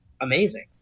amazing